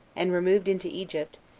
and removed into egypt,